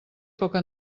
poca